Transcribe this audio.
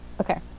Okay